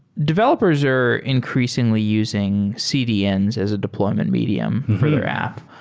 developers are increasingly using cdns as a deployment medium for your app.